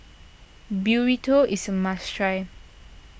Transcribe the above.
Burrito is a must try